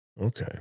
okay